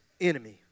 enemy